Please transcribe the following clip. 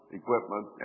equipment